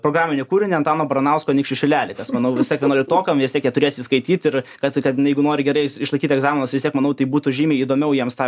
programinį kūrinį antano baranausko anykščių šilelį tas manau vis tiek vienuoliktokam vis tiek jie turės jį skaityt ir kad kad jeigu nori gerai išlaikyt egzaminus tai vis tiek manau tai būtų žymiai įdomiau jiems tą